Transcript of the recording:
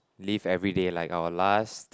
live everyday like our last